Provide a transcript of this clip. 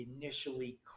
initially